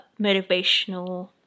motivational